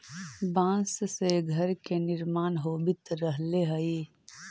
बाँस से घर के निर्माण होवित रहले हई